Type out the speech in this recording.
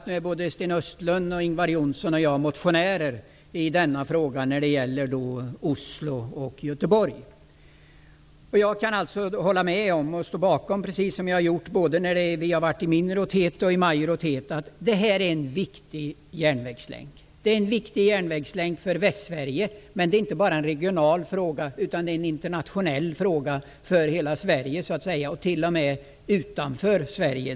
Nu är Sten Östlund, Ingvar Johnsson och jag motionärer i denna fråga, som gäller Oslo och Göteborg. Jag kan alltså -- precis som jag har gjort både när vi har varit i minoritet och i majoritet -- hålla med om och stå bakom påståendet att det här är en viktig järnvägslänk. Den är viktig för Västsverige, men det är inte bara en regional fråga. Det är en fråga för hela Sverige och t.o.m. utanför Sverige.